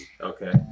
Okay